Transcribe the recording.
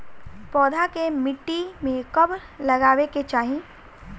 पौधा के मिट्टी में कब लगावे के चाहि?